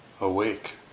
awake